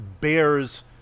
bears